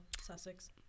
Sussex